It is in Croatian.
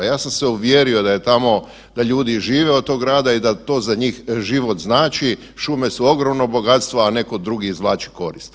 Ja sam se uvjerio da je tamo, da ljudi žive od tog rada i da to za njih život znači, šume su ogromno bogatstvo, a netko drugi izvlači koristi.